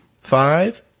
five